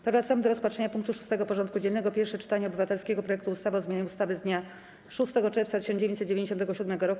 Powracamy do rozpatrzenia punktu 6. porządku dziennego: Pierwsze czytanie obywatelskiego projektu ustawy o zmianie ustawy z dnia 6 czerwca 1997 r.